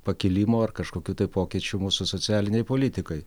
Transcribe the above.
pakėlimo ar kažkokių tai pokyčių mūsų socialinėj politikoj